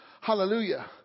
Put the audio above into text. Hallelujah